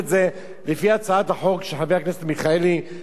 החוק של חבר הכנסת מיכאלי ועוד חברי כנסת,